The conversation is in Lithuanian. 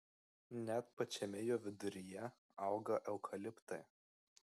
net pačiame jo viduryje auga eukaliptai